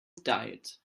diet